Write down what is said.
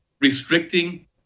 restricting